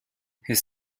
his